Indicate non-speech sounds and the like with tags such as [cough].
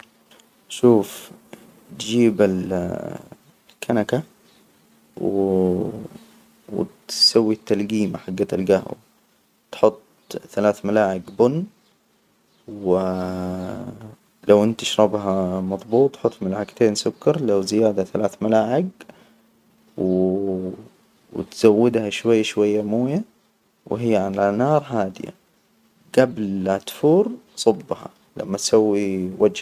شوف، تجيب الكنكة و [hesitation] وتسوي التلجيمة، حجة الجهوة، تحط تلات ملاعق بن. و [hesitation] لو أنت تشربها مظبوط؟ حط ملعجتين سكر لو زيادة ثلاث ملاعج و [hesitation] وتزودها شوي شوي مويه، وهي على نار هادية، جبل لا تفور، صبها لما تسوي وجه.